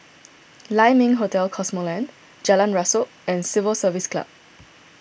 Lai Ming Hotel Cosmoland Jalan Rasok and Civil Service Club